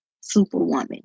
superwoman